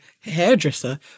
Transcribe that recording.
hairdresser